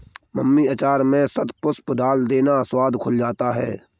mummy अचार में शतपुष्प डाल देना, स्वाद खुल जाता है